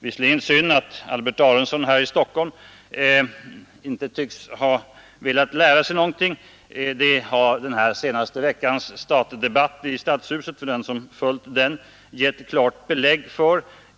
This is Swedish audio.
Det är bara synd att Albert Aronson i Stockholms Stadshus inte tycks ha lärt sig någonting, det har den senaste veckans statdebatt i Stadshuset givit ett klart belägg för.